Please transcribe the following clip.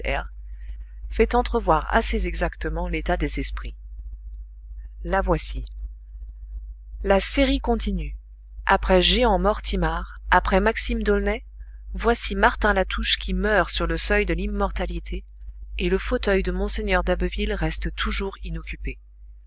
fait entrevoir assez exactement l'état des esprits la voici la série continue après jehan mortimar après maxime d'aulnay voici martin latouche qui meurt sur le seuil de l'immortalité et le fauteuil de mgr d'abbeville reste toujours inoccupé